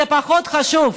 זה פחות חשוב.